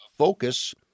focus